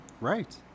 right